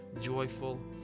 joyful